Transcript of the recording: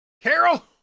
Carol